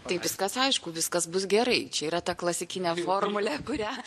tai viskas aišku viskas bus gerai čia yra ta klasikinė formulė kurią